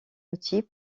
outils